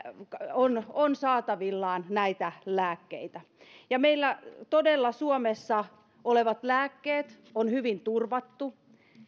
on on saatavillaan näitä lääkkeitä ja meillä todella suomessa olevat lääkkeet on hyvin turvattu